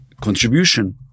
contribution